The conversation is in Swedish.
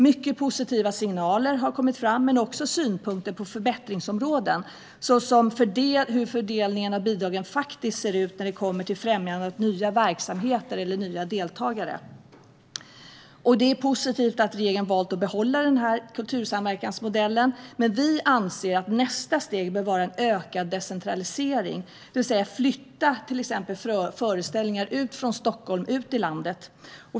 Mycket positiva signaler har kommit fram men också synpunkter på förbättringsområden. Det handlar till exempel om hur fördelningen av bidragen faktiskt ser ut när det kommer till främjande av nya verksamheter eller nya deltagare. Det är positivt att regeringen har valt att behålla kultursamverkansmodellen. Men vi anser att nästa steg bör vara en ökad decentralisering, det vill säga att man till exempel flyttar föreställningar från Stockholm och lägger dem ute i landet.